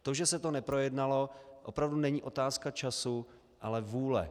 To, že se to neprojednalo, opravdu není otázka času, ale vůle.